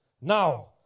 Now